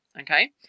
Okay